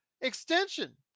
extension